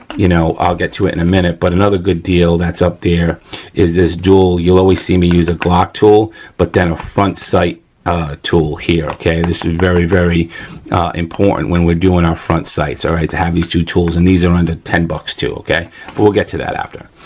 you know, i'll get to it in a minute but another good deal that's up there is this dual, you'll always see me use a glock tool but then a front sight tool here. okay, this is very, very important when we're doing our front sights, all right, to have these two tools and these are under ten bucks too, okay. but we'll get to that after.